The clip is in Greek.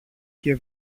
και